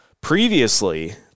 Previously